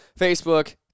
Facebook